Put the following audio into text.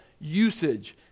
usage